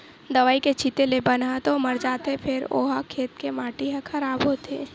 दवई के छिते ले बन ह तो मर जाथे फेर ओ खेत के माटी ह खराब होथे